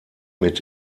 mit